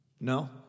No